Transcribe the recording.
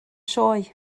sioe